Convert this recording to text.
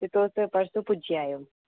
तुस परसों पुं